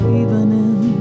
evening